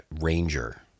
ranger